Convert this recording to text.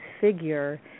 figure